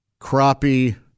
crappie